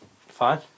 Fine